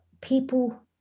people